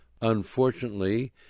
Unfortunately